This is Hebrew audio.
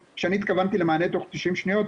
כשהתכוונתי למענה של תוך 90 שניות,